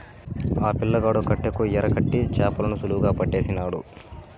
ఆ పిల్లగాడు కట్టెకు ఎరకట్టి చేపలను సులువుగా పట్టేసినాడు